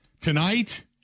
Tonight